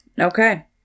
Okay